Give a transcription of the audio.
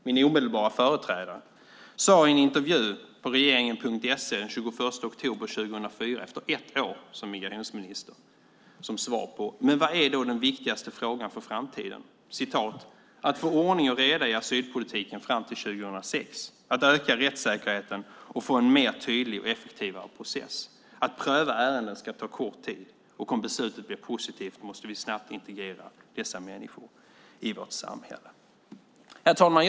Min omedelbara företrädare Barbro Holmberg sade i en intervju på regeringen.se den 21 oktober 2004, efter ett år som migrationsminister, som svar på frågan vad som är den viktigaste frågan för framtiden: Det är att få ordning och reda i asylpolitiken fram till 2006, att öka rättssäkerheten och få en mer tydlig och effektivare process. Att pröva ärenden ska ta kort tid, och om beslutet blir positivt måste vi snabbt integrera dessa människor i vårt samhälle. Herr talman!